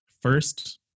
first